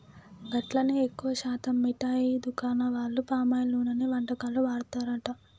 గట్లనే ఎక్కువ శాతం మిఠాయి దుకాణాల వాళ్లు పామాయిల్ నూనెనే వంటకాల్లో వాడతారట